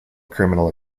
criminal